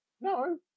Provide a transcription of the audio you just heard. no